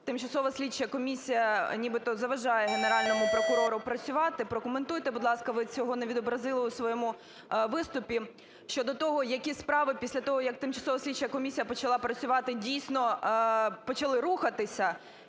Тимчасова слідча комісія нібито заважає Генеральному прокурору працювати. Прокоментуйте, будь ласка, ви цього не відобразили у своєму виступі, щодо того, які справи, після того, як Тимчасова слідча комісія почала працювати, дійсно почали рухатися.